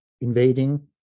invading